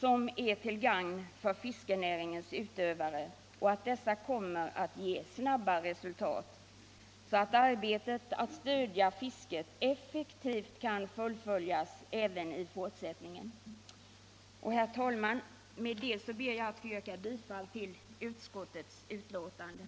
som är till gagn för fiskerinäringens utövare, och att de kommer att ge snabba resultat så att arbetet att stödja fisket effektivt kan fullföljas även i fortsättningen. Herr talman! Med det anförda ber jag att få yrka bifall till utskottets hemställan.